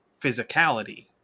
physicality